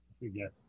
Yes